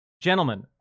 gentlemen